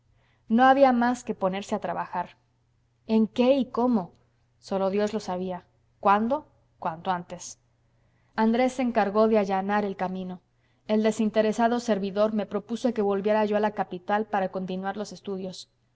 no había más que ponerse a trabajar en qué y cómo sólo dios lo sabía cuándo cuanto antes andrés se encargó de allanar el camino el desinteresado servidor me propuso que volviera yo a la capital para continuar los estudios